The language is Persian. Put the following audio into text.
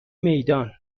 میدان